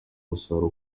umusaruro